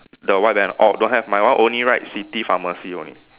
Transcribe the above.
the white banner orh don't have my one only write city pharmacy only